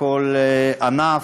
וכל ענף,